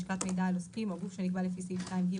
לשכת מידע על עוסקים או גוף שנקבע לפי סעיף 2(ג)